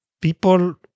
people